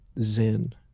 Zen